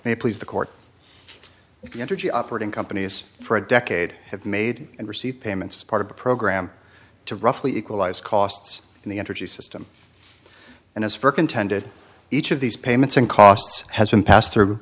may please the court if you entergy operating companies for a decade have made and received payments as part of the program to roughly equalize costs in the energy system and as for contended each of these payments and costs has been passed through